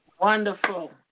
Wonderful